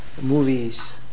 movies